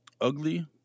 Ugly